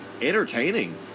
entertaining